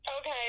Okay